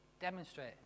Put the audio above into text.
demonstrate